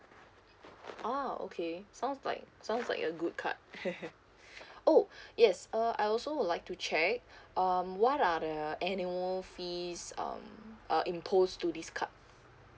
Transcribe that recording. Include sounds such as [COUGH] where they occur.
oh okay sounds like sounds like a good card [LAUGHS] [BREATH] oh yes uh I also would like to check [BREATH] um what are the annual fees um uh imposed to this card